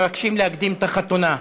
מבקשים להקדים את החתונה.